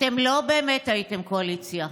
אתם לא באמת הייתם קואליציה.